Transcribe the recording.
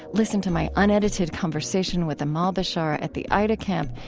listen to my unedited conversation with amahl bishara at the aida camp,